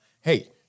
Hey